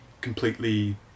completely